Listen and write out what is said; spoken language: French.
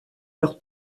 leur